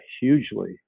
hugely